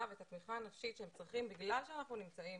והתמיכה הנפשית שהם צריכים בגלל שאנחנו נמצאים